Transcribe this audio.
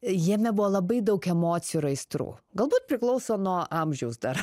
jame buvo labai daug emocijų ir aistrų galbūt priklauso nuo amžiaus dar